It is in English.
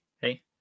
hey